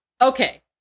Okay